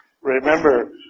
Remember